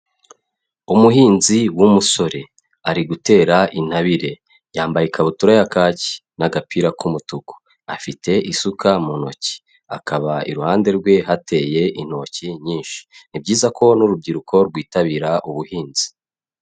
Umuhinzi w'umusore ari gutera intabire yambaye ikabutura ya kaki n'agapira k'umutuku, afite isuka mu ntoki akaba iruhande rwe hateye intoki nyinshi, ni byiza ko n'urubyiruko rwitabira ubuhinzi.